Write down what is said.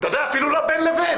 אתה יודע, אפילו לא בין לבין.